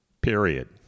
Period